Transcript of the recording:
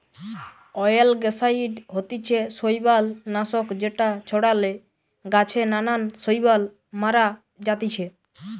অয়েলগেসাইড হতিছে শৈবাল নাশক যেটা ছড়ালে গাছে নানান শৈবাল মারা জাতিছে